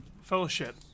fellowship